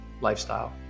lifestyle